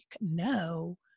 no